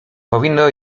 powinno